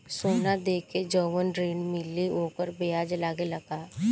सोना देके जवन ऋण मिली वोकर ब्याज लगेला का?